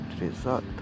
result